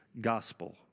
gospel